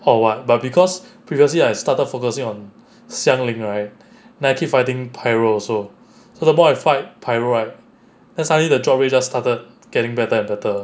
or what but because previously I started focusing on xiang ling right then I keep fighting pyro also so the more I fight pyro right then suddenly the drop rate it just started getting better and better